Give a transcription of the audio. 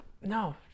no